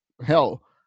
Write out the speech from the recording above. hell